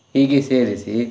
ಹೀಗೆ ಸೇರಿಸಿ